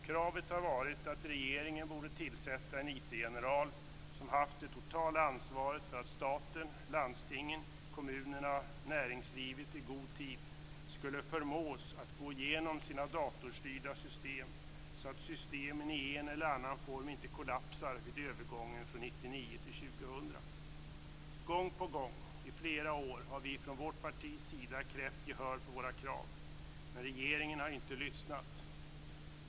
Kravet har varit att regeringen borde tillsätta en IT-general som skulle haft det totala ansvaret för att staten, landstingen, kommunerna och näringslivet i god tid skulle förmås att gå igenom sina datorstyrda system, så att systemen i en eller annan form inte kollapsar vid övergången från 1999 till Gång på gång, i flera år, har vi från vårt partis sida krävt gehör för våra krav, men regeringen har inte lyssnat.